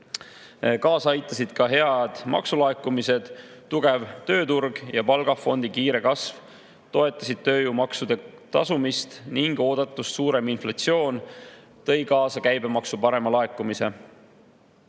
Kaasa aitasid ka head maksulaekumised. Tugev tööturg ja palgafondi kiire kasv toetasid tööjõumaksude tasumist ning oodatust suurem inflatsioon tõi kaasa käibemaksu parema laekumise. Paraku